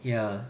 ya